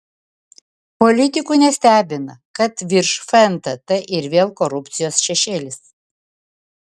politikų nestebina kad virš fntt ir vėl korupcijos šešėlis